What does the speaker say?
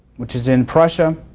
which is in prussia,